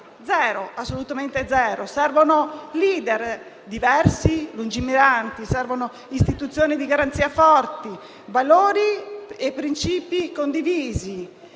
zero, assolutamente zero. Servono *leader* diversi, lungimiranti. Servono istituzioni di garanzia forti, valori e principi condivisi.